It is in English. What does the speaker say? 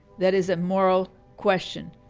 that is a moral question.